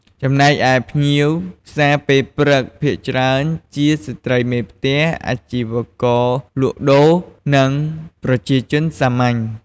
ចំណែកឯភ្ញៀវផ្សារពេលព្រឹកភាគច្រើនជាស្ត្រីមេផ្ទះ អាជីវករលក់ដូរ និងប្រជាជនសាមញ្ញ។